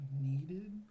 needed